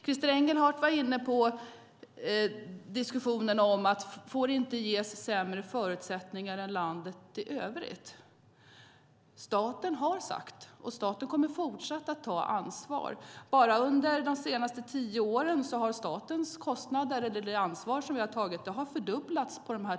Christer Engelhardt var inne på diskussionen om att Gotland inte får ges sämre förutsättningar än landet i övrigt. Staten kommer att fortsätta att ta ansvar. Bara under de senaste tio åren har det ansvar som staten har tagit fördubblats.